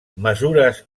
mesures